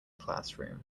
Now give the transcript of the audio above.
classroom